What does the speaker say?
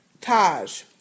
Taj